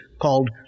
called